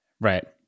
Right